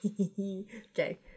Okay